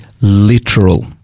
literal